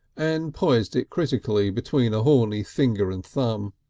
and poised it critically between a horny finger and thumb.